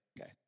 okay